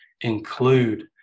include